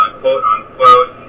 quote-unquote